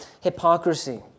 hypocrisy